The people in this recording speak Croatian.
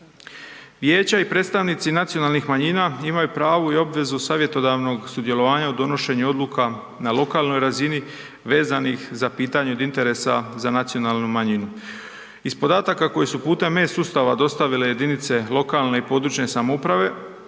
Vijeća i predstavnici nacionalnih manjina imaju pravo i obvezu savjetodavnog sudjelovanja u donošenju odluka na lokalnoj razini vezanih za pitanje od interesa za nacionalnu manjinu. Iz podataka koje su putem e-Sustava dostavile jedinice lokalne i područne samouprave